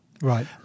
Right